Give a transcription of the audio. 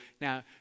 now